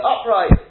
upright